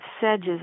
sedges